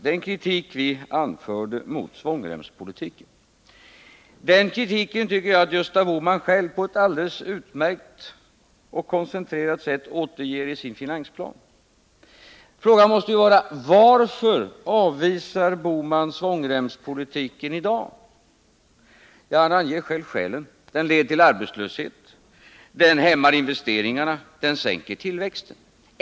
Den kritik vi anförde mot svångremspolitiken tycker jag att Gösta Bohman på ett alldeles utmärkt och koncentrerat sätt återger i sin finansplan. Frågan blir då: Varför avvisar Gösta Bohman svångremspolitiken i dag? Han anger själv skälen: Den leder till arbetslöshet, den hämmar investeringarna, den sänker tillväxten.